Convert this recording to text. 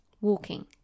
walking